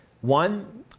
One